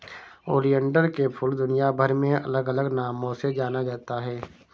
oleander के फूल दुनियाभर में अलग अलग नामों से जाना जाता है